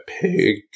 pig